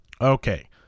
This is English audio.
okay